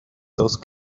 those